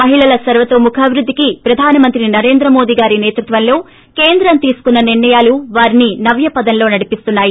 మహిళల సర్వోన్న తముఖాభివుద్దికి ప్రధానమంత్రి నరెంద్రమోది గారి నేతృత్వంలో కేంద్రం తీసుకున్న నిర్ణయాలు వారిని నవ్యపదంలో నడిపిస్తున్నాయి